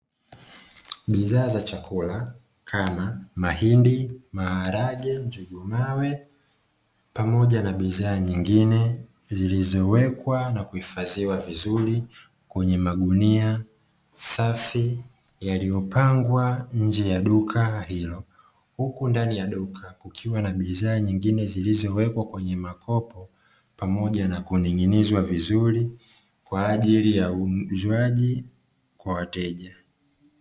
Bidhaa za chakula, kama: mahindi, maharage, nyugu mawe Pamoja na bidhaa nyingine zilizowekwa na kuhifadhiwa vizuri kwenye magunia safi yaliyopangwa nje ya duka hilo. Huku ndani ya duka kukiwa na bidhaa nyingine zilizowekwa kwenye makopo Pamoja na kuning'inizwa vizuri Kwa ajili ya uuzwaji Kwa wateja.